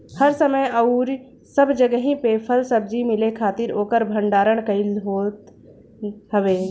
हर समय अउरी सब जगही पे फल सब्जी मिले खातिर ओकर भण्डारण कईल जात हवे